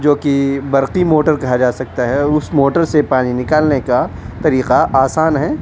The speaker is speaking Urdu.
جو کہ برقی موٹر کہا جا سکتا ہے اس موٹر سے پانی نکالنے کا طریقہ آسان ہے